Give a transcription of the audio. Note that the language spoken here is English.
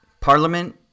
Parliament